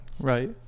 right